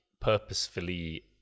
purposefully